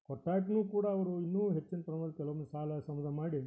ಕೊಟ್ಟಾಗಿಯೂ ಕೂಡ ಅವರು ಇನ್ನೂ ಹೆಚ್ಚಿನ ಸೌಲಭ್ಯ ಕೆಲವೊಮ್ಮೆ ಸಾಲ ಸಮುದ ಮಾಡಿ